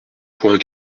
point